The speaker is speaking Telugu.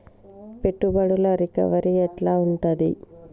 పెట్టుబడుల రికవరీ ఎట్ల ఉంటది?